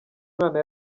mwana